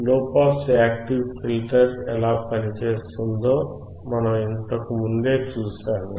low pass active filter ఎలా పనిచేస్తుందో మనం ఇంతకూ ముందే చూశాము